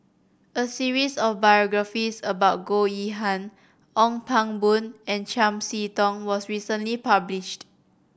a series of biographies about Goh Yihan Ong Pang Boon and Chiam See Tong was recently published